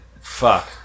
fuck